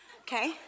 okay